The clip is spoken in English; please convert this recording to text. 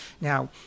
Now